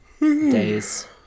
days